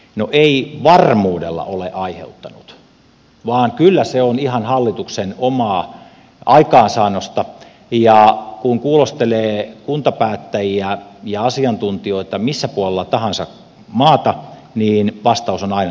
no ei varmuudella ole aiheuttanut vaan kyllä se on ihan hallituksen omaa aikaansaannosta ja kun kuulostelee kuntapäättäjiä ja asiantuntijoita missä puolella tahansa maata niin vastaus on aina samanlainen